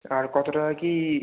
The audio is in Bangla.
আর কত টাকা কী